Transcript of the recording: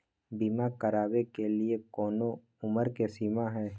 बीमा करावे के लिए कोनो उमर के सीमा है?